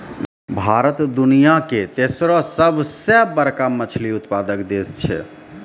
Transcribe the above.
भारत दुनिया के तेसरो सभ से बड़का मछली उत्पादक देश छै